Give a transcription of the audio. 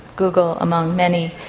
google among many,